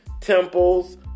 temples